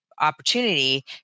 opportunity